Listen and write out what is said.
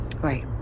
right